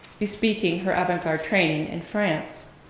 bespeaking her avant garde training in france.